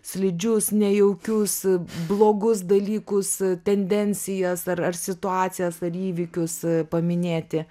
slidžius nejaukius blogus dalykus tendencijas ar ar situacijas ar įvykius paminėti